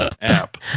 app